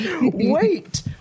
Wait